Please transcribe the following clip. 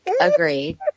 Agreed